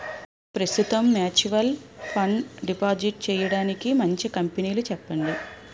ప్రస్తుతం mutual fund deposit చేయడానికి మంచి కంపెనీలు చెప్పండి